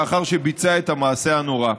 לאחר שביצע את המעשה הנורא.